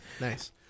nice